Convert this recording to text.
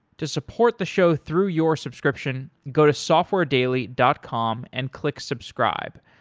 to support the show through your subscription, go to softwaredaily dot com and click subscribe.